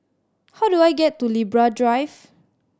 how do I get to Libra Drive